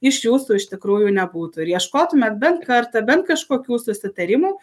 iš jūsų iš tikrųjų nebūtų ir ieškotumėt bent kartą bent kažkokių susitarimų